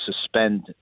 suspend